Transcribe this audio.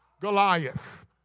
Goliath